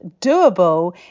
doable